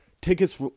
tickets